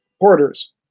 porters